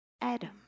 Adam